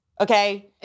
okay